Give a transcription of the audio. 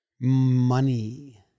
Money